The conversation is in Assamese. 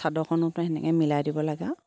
চাদৰখনতো তেনেকৈ মিলাই দিব লাগে আৰু